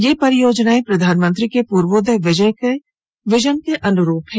ये परियोजनाए प्रधानमंत्री के पूर्वोदय विजन के अनुरूप हैं